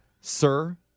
Sir